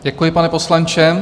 Děkuji, pane poslanče.